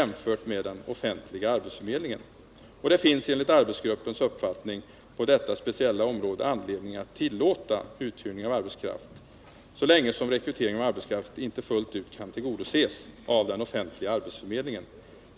Även om principiella hänsyn talar för att även denna typ av arbetskraft bör förmedlas genom den offentliga arbetsförmedlingens försorg, finns det enligt arbetsgruppens uppfattning på detta speciella område anledning att tillåta uthyrning av arbetskraft, så länge som rekryteringen av arbetskraft inte fullt ut kan tillgodoses av den offentliga arbetsförmedlingen.